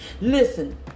Listen